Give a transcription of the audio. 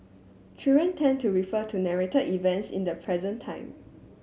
children tend to refer to narrated events in the present time